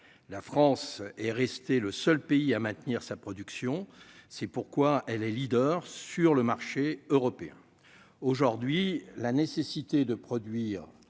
la France est resté le seul pays à maintenir sa production, c'est pourquoi elle est leader sur le marché européen aujourd'hui. La nécessité de produire